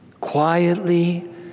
quietly